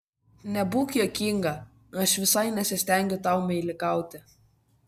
nebūk juokinga aš visai nesistengiu tau meilikauti